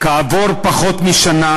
כעבור פחות משנה,